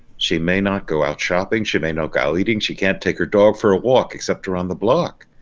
she may not go out shopping, she may not go out eating. she can't take her dog for a walk except around the block.